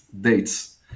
Dates